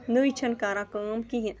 نٔے چھَنہٕ کَران کٲم کِہیٖنۍ